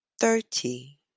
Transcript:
thirty